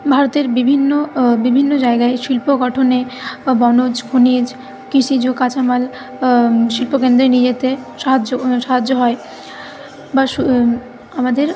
ভারতের বিভিন্ন বিভিন্ন জায়গায় শিল্প গঠনে বনজ খনিজ কৃষিজ কাঁচামাল শিল্প কেন্দ্রে নিয়ে যেতে সাহায্য সাহায্য হয় বা আমাদের